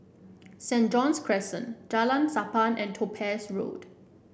Saint John's Crescent Jalan Sappan and Topaz Road